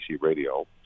Radio